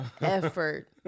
Effort